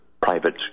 private